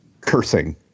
cursing